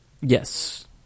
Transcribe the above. Yes